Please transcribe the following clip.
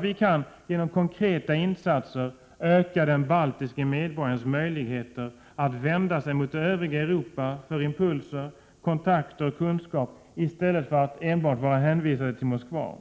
Vi kan genom konkreta insatser öka den baltiske medborgarens möjligheter att vända sig mot övriga Europa för impulser, kontakter och kunskap i stället för att enbart vara hänvisad till Moskva.